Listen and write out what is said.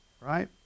right